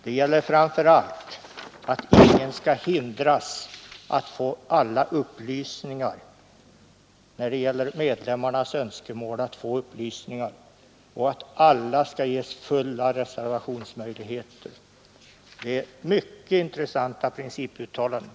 Det gäller framför allt att inga medlemmar som så önskar skall hindras från att få alla upplysningar och att alla skall ges full reservationsmöjlighet. Det är mycket intressanta principuttalanden.